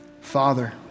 Father